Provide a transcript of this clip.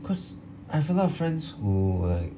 cause I have a lot of friends who like